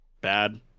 bad